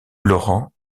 laurent